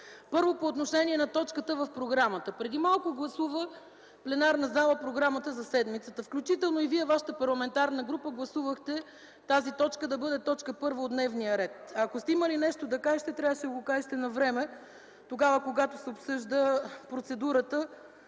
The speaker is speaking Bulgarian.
Първо, по отношение на точката в програмата. Преди малко пленарната зала гласува програмата за седмицата, включително вашата парламентарна група гласува тази точка да бъде т. 1 от дневния ред. Ако сте имали нещо да кажете, трябваше да го кажете навреме – когато се обсъждаше процедурата,